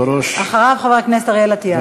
אחריו, חבר הכנסת אריאל אטיאס.